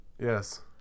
Yes